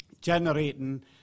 generating